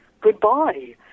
goodbye